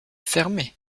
fermer